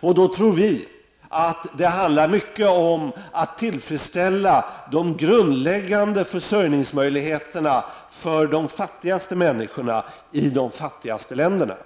av. Det handlar mycket om att tillfredsställa de grundläggande försörjningsmöjligheterna för de fattigaste människorna i de fattigaste länderna.